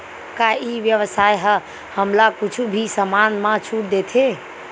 का ई व्यवसाय ह हमला कुछु भी समान मा छुट देथे?